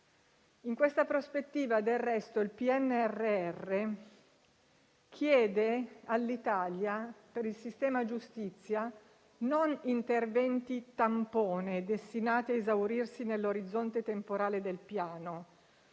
In questa prospettiva, del resto, il PNRR chiede all'Italia - per il sistema giustizia - non interventi tampone, destinati a esaurirsi nell'orizzonte temporale del Piano,